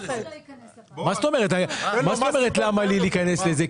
אז למה לי להיכנס לזה?